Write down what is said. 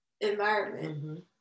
environment